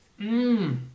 Mmm